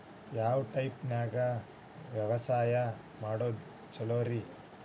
ಯಾವ ಟೈಪ್ ನ್ಯಾಗ ಬ್ಯಾಸಾಯಾ ಮಾಡೊದ್ ಛಲೋರಿ?